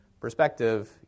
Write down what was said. perspective